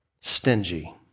stingy